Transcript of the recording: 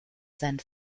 seinen